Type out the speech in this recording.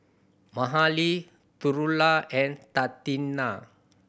Mahalie Trula and Tatiana